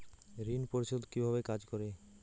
ঋণ পরিশোধ কিভাবে কাজ করে?